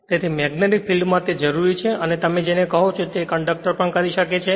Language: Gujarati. તેથી મેગ્નેટીક ફિલ્ડ માં તે જરૂરી છે અને તમે જેને કહો છો તે કંડક્ટર પણ કરી શકે છે